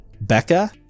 Becca